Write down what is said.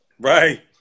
Right